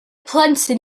plentyn